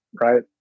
right